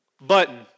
button